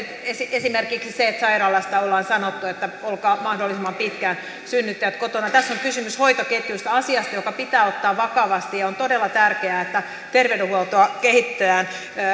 esimerkiksi se että sairaalasta ollaan sanottu että olkaa mahdollisimman pitkään synnyttäjät kotona tässä on kysymys hoitoketjusta asiasta joka pitää ottaa vakavasti on todella tärkeää että terveydenhuoltoa kehitetään